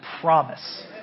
promise